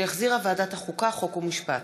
שהחזירה ועדת החוקה, חוק ומשפט.